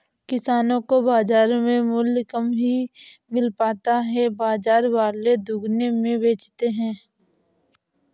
किसानो को बाजार में मूल्य कम ही मिल पाता है बाजार वाले दुगुने में बेचते है